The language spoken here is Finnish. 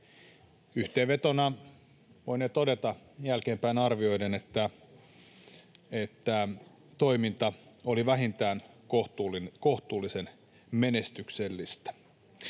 Yhteenvetona voinee todeta jälkeenpäin arvioiden, että toiminta oli vähintään kohtuullisen menestyksellistä.